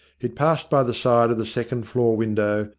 it passed by the side of the second floor window,